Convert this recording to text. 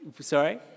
Sorry